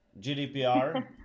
gdpr